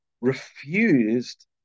refused